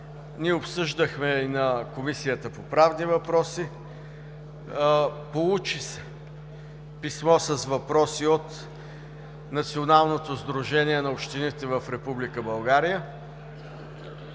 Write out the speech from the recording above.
това обсъждахме и в Комисията по правните въпроси – получи се писмо с въпроси от Националното сдружение на общините в Република